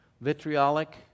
vitriolic